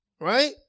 right